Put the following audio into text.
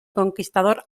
conquistador